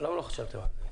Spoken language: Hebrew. למה לא חשבתם על זה?